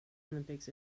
olympics